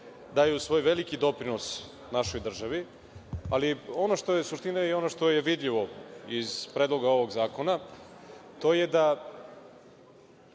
daju svoj veliki doprinos našoj državi. Ono što je suština i ono što je vidljivo iz predloga ovog zakona jeste da